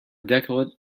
decollete